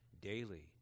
daily